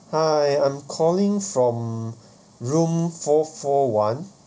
hi I'm calling from room four four one